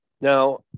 Now